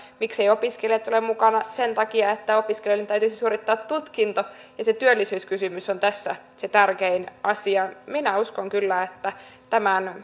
miksi eivät opiskelijat ole mukana sen takia että opiskelijoiden täytyisi suorittaa tutkinto ja se työllisyyskysymys on tässä se tärkein asia minä uskon kyllä että tämän